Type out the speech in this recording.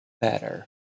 better